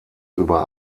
über